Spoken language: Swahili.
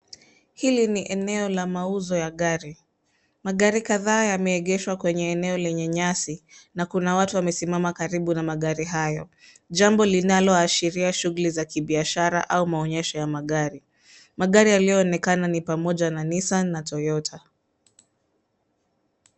Hili ni eneo la mauzo ya magari. Magari kadhaa yameegeshwa kwenye eneo lenye nyasi na kuna watu wamesimama karibu na magari hayo. Jambo hili linaashiria shughuli za kibiashara au maonyesho ya magari. Magari yanayoonekana ni pamoja na Nissan na Toyota.